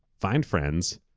find friends.